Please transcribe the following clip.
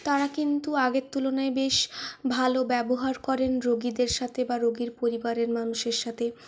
তারা কিন্তু আগের তুলনায় বেশ ভালো ব্যবহার করেন রোগীদের সাথে বা রোগীর পরিবারের মানুষের সাথে